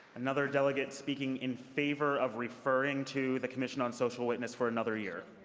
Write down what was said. another delegate speaking in favor of referring to the commission on social witness for another year.